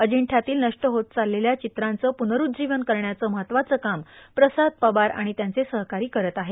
अजिंठ्यातील नष्ट होत चाललेल्या चित्रांचं पुर्नरूज्जीवन करण्याचं महत्वाचं काम प्रसाद पवार आणि त्यांचे सहकारी करत आहेत